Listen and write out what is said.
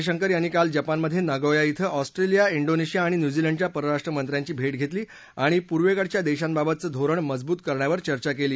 परराष्ट्र मंत्री एस जयशंकर यांनी काल जपानमधे नगोया इथं ऑस्ट्रेलिया इंडोनेशिया आणि न्यूझिलंडच्या परराष्ट्र मंत्र्यांची भेट घेतली आणि पुर्वेकडील देशांबाबतचे धोरण मजबूत करण्यावर चर्चा केली